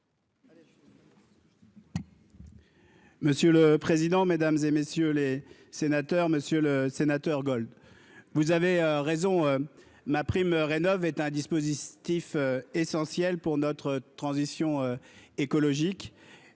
Monsieur le président, Mesdames et messieurs les sénateurs, Monsieur le Sénateur Gold, vous avez raison. Ma prime rénovent est un dispositif essentiel pour notre transition écologique